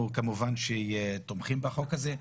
אנחנו כמובן שתומכים בחוק הזה,